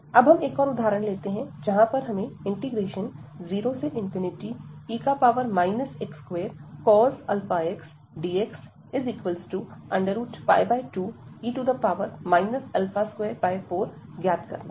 अब हम एक और उदाहरण लेते हैं जहां पर हमें 0e x2 αx dx2e 24 ज्ञात करना है